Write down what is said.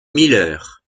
miller